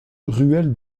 rle